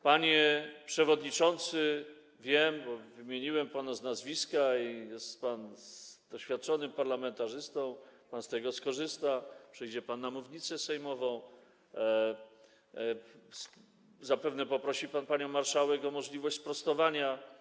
Panie przewodniczący, wymieniłem pana z nazwiska, a pan jest doświadczonym parlamentarzystą i z tego skorzysta, wejdzie pan na mównicę sejmową, zapewne poprosi pan panią marszałek o możliwość sprostowania.